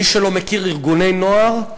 מי שלא מכיר ארגוני נוער,